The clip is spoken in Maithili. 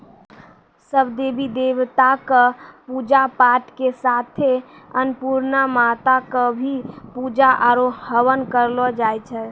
सब देवी देवता कॅ पुजा पाठ के साथे अन्नपुर्णा माता कॅ भी पुजा आरो हवन करलो जाय छै